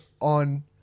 on